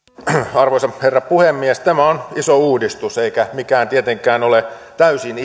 arvoisa herra puhemies tämä on iso uudistus eikä mikään tietenkään ole täysin